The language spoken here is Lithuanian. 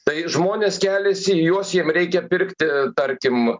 tai žmonės keliasi į juos jiem reikia pirkti tarkim